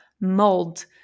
mold